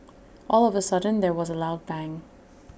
all of A sudden there was A loud bang